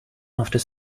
after